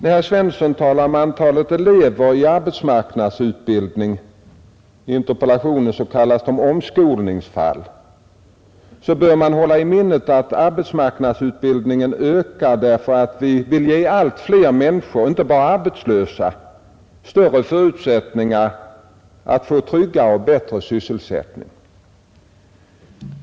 När herr Svensson talar om antalet elever i arbetsmarknadsutbildning — i interpellationen kallade ”omskolningsfall” — bör man hålla i minnet att arbetsmarknadsutbildningen ökar därför att vi vill ge allt fler människor — inte bara arbetslösa — större förutsättningar att få tryggare och bättre sysselsättning.